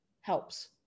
helps